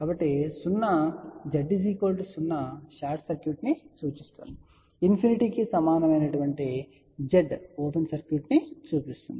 కాబట్టి 0 Z 0 short సర్క్యూట్ను సూచిస్తుంది ఇన్ఫినిటీ కి సమానమైన Z ఓపెన్ సర్క్యూట్ ను సూచిస్తుంది